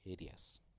areas